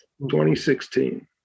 2016